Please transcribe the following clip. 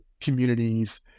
communities